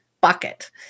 bucket